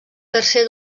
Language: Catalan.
tercer